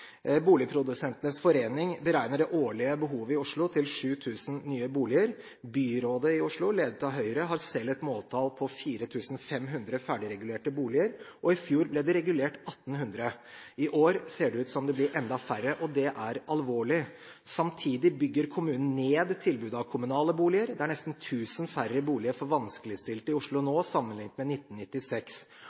Boligprodusentenes Forening beregner det årlige behovet i Oslo til 7 000 nye boliger. Byrådet i Oslo, ledet av Høyre, har selv et måltall på 4 500 ferdigregulerte boliger, og i fjor ble det regulert 1 800. I år ser det ut som om det blir enda færre, og det er alvorlig. Samtidig bygger kommunen ned tilbudet av kommunale boliger. Det er nesten 1 000 færre boliger for vanskeligstilte i Oslo nå sammenlignet med 1996,